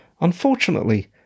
Unfortunately